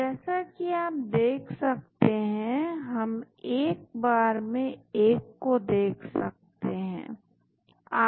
तो जैसा कि आप देख सकते हैं हम एक बार में एक को देख सकते हैं